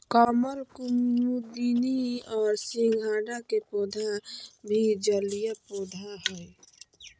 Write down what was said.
कमल, कुमुदिनी और सिंघाड़ा के पौधा भी जलीय पौधा हइ